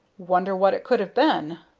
wonder what it could have been?